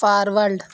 forward